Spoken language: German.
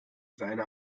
seine